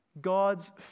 God's